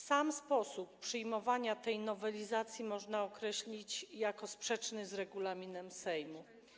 Sam sposób przyjmowania tej nowelizacji można określić jako sprzeczny z regulaminem Sejmu.